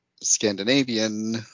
Scandinavian